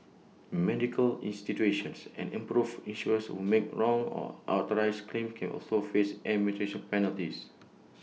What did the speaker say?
medical institutions and improve insurers who make wrong or authorised claims can also face administrative penalties